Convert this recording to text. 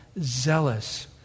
zealous